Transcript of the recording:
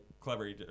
clever